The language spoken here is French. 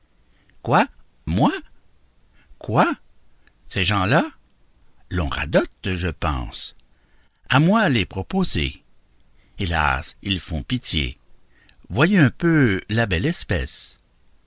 quoi moi quoi ces gens-là l'on radote je pense à moi les proposer hélas ils font pitié voyez un peu la belle espèce